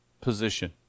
position